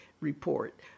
Report